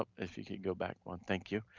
if you could go back one, thank you.